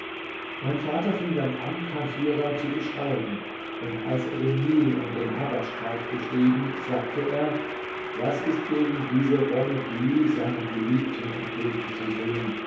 mein vater fing dann an kahirah zu beschreiben und als er den nil und den habaschteich beschrieben sagte er was ist gegen diese wonne die seiner geliebten entgegenzusehen